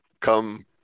come